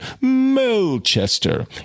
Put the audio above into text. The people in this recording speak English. Melchester